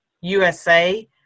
USA